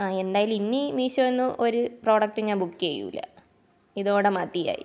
ആ എന്തായാലും ഇനി മീഷോന്ന് ഒരു പ്രോഡക്റ്റും ഞാൻ ബുക്ക് ചെയ്യില്ല ഇതോടെ മതിയായി